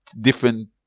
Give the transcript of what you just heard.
different